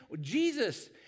Jesus